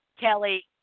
Kelly